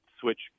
switch